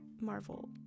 Marvel